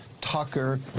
Tucker